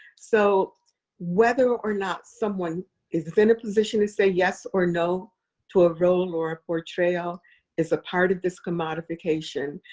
so whether or not someone is in a position to say yes or no to a role or a portrayal is a part of this commodification.